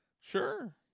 sure